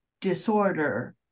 disorder